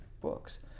books